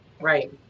Right